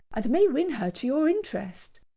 and may win her to your interest.